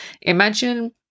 Imagine